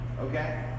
Okay